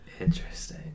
Interesting